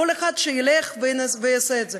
כל אחד שילך ויעשה את זה.